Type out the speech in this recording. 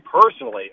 personally